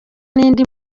n’indi